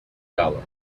dollars